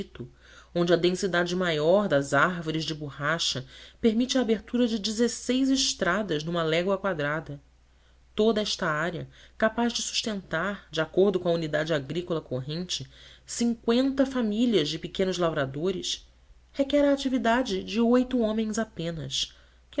dito onde a densidade maior das árvores de borracha permite a abertura de estradas numa légua quadrada toda esta área capaz de sustentar de acordo com a unidade agrícola corrente cinqüenta famílias de pequenos lavradores requer a atividade de oito homens apenas